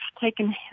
taken